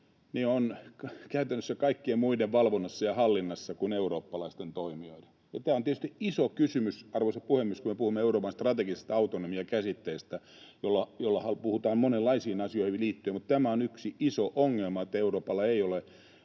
ovat käytännössä kaikkien muiden valvonnassa ja hallinnassa kuin eurooppalaisten toimijoiden, ja tämä on tietysti iso kysymys, arvoisa puhemies, kun me puhumme Euroopan strategisen autonomian -käsitteestä monenlaisiin asioihin liittyen, mutta tämä on yksi iso ongelma, että Euroopalla ei ole